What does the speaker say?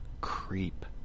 creep